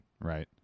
right